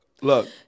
Look